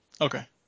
Okay